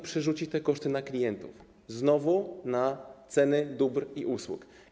Przerzuci te koszty na klientów, znowu na ceny dóbr i usług.